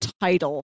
title